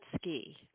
ski